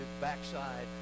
backside